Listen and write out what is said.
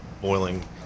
boiling